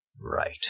right